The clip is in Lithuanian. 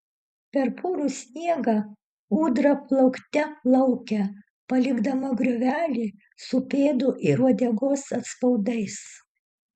per purų sniegą ūdra plaukte plaukia palikdama griovelį su pėdų ir uodegos atspaudais